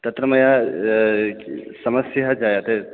तत्र मया समस्याः जायन्ते